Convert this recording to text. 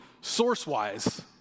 source-wise